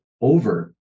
over